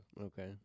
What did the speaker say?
Okay